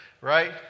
right